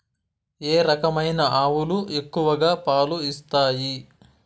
ఏ రకమైన ఆవులు ఎక్కువగా పాలు ఇస్తాయి?